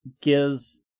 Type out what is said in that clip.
gives